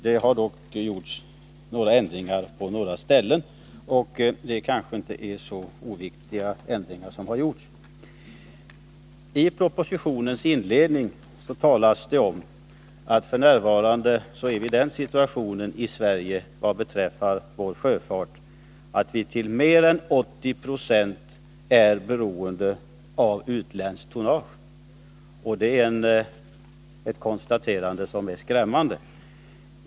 Det har dock gjorts ändringar på några ställen, och det kanske inte är så oviktiga ändringar. I propositionens inledning talas det om att vi i Sverige f. n. är i den situationen vad beträffar vår sjöfart att vi till mer än 80 26 är beroende av utländskt tonnage. Det är ett konstaterande som är skrämmande.